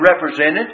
represented